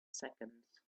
seconds